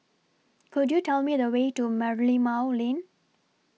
Could YOU Tell Me The Way to Merlimau Lane